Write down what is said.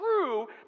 true